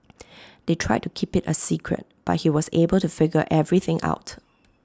they tried to keep IT A secret but he was able to figure everything out